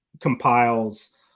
compiles